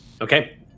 Okay